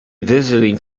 visiting